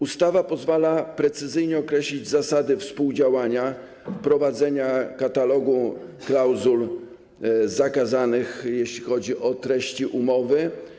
Ustawa pozwala precyzyjnie określić zasady współdziałania, prowadzenie katalogu klauzul zakazanych, jeśli chodzi o treści umowy.